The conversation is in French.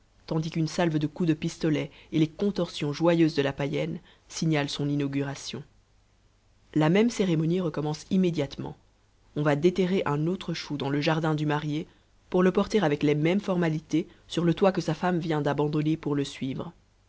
tandis qu'une salve de coups de pistolet et les contorsions joyeuses de la païenne signalent son inauguration la même cérémonie recommence immédiatement on va déterrer un autre chou dans le jardin du marié pour le porter avec les mêmes formalités sur le toit que sa femme vient d'abandonner pour le suivre